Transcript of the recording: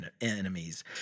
enemies